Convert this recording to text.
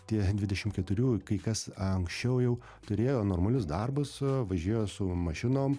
tie dvidešim keturių kai kas anksčiau jau turėjo normalius darbus važinėjo su mašinom